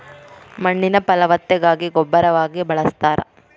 ಮಣ್ಣಿನ ಫಲವತ್ತತೆಗಾಗಿ ಗೊಬ್ಬರವಾಗಿ ಬಳಸ್ತಾರ